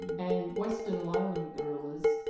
and western lowland gorillas,